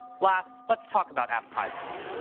last, let's talk about app privacy.